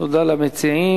תודה למציעים.